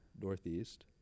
Northeast